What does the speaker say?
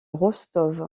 rostov